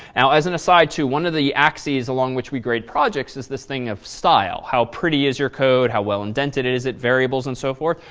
ah as an aside to one of the axis along which we grade projects is this thing of style, how pretty is your code, how well indented, is it variables and so fort.